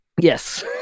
yes